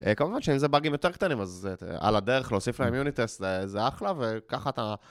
כמובן שאם זה באגים יותר קטנים אז על הדרך להוסיף להם יוניט טסט זה אחלה וככה אתה...